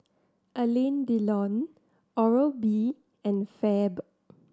Alain Delon Oral B and Fab